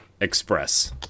express